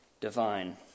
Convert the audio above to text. divine